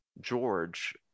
George